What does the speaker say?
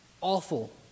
awful